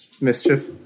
Mischief